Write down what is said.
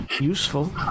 useful